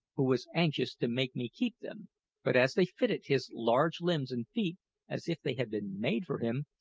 who was anxious to make me keep them but as they fitted his large limbs and feet as if they had been made for him,